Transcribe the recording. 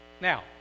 Now